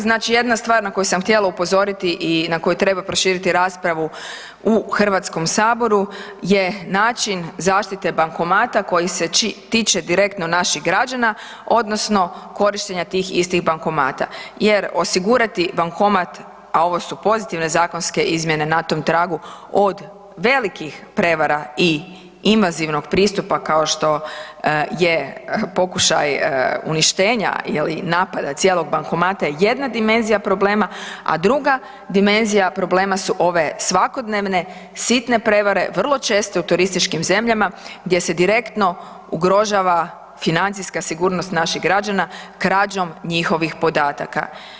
Znači jedna stvar na koju sam htjela upozoriti i na koju treba proširiti raspravu u Hrvatskom saboru je način zaštite bankomata koji se tiče direktno naših građana odnosno korištenja tih istih bankomata jer osigurati bankomat, a ovo su pozitivne zakonske izmjene na tom tragu od velikih prevara i invazivnog pristupa kao što je pokušaj uništenja ili napada cijelog bankomata je jedna dimenzija problema, a druga dimenzija problema su ove svakodnevne sitne prevare vrlo često u turističkim zemljama gdje se direktno ugrožava financijska sigurnost naših građana krađom njihovih podataka.